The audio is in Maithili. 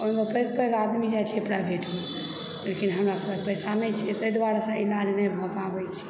ओहिमे पैघ पैघ आदमी जाइ छै प्राइवेटमे लेकिन हमरा सभकेँ पैसा नहि छै ताहि दुआरेसँ इलाज नहि भए पाबै छै